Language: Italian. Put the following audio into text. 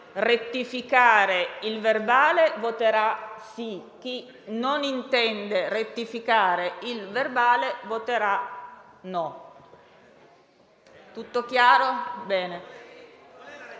rettificare il verbale voterà sì, chi non intende rettificare il verbale voterà no. La rettifica